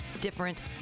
Different